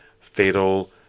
fatal